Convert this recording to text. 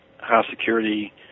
high-security